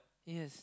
yes